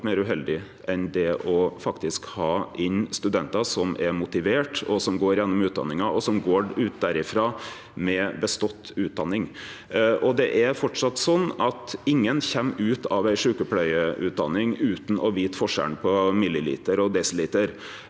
meir uheldig enn det å ha inn studentar som er motiverte, som går gjennom utdanninga, og som går ut derifrå med bestått utdanning. Det er framleis slik at ingen kjem ut av ei sjukepleiarutdanning utan å vite forskjellen på milliliter og desi liter.